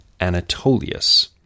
Anatolius